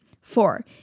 Four